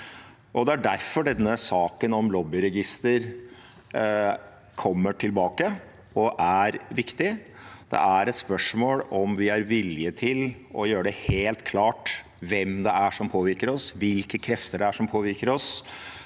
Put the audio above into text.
Det er derfor denne saken om lobbyregister kommer tilbake og er viktig. Det er et spørsmål om vi er villige til å gjøre det helt klart hvem det er som påvirker oss, hvilke krefter det er som påvirker oss,